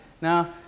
Now